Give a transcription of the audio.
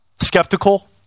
Skeptical